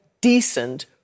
decent